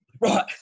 Right